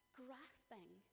grasping